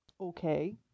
okay